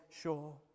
sure